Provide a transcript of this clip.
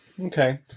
Okay